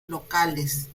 locales